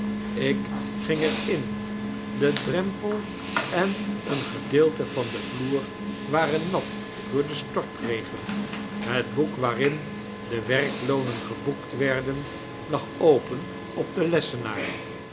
ik gmg er in de drempel en een gedeelte van denvloer waren nat door den stortregen het boek waarin de werkloonen geboekt werden lag open op den lessenaar